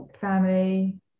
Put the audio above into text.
Family